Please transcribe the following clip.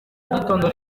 mugitondo